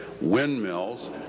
windmills